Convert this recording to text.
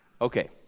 Okay